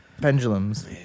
pendulums